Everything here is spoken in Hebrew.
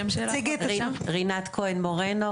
רינת כהן מורנו,